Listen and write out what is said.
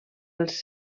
els